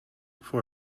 for